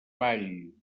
vall